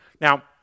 Now